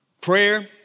prayer